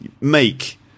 make